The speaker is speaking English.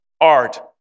art